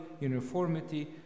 uniformity